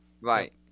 Right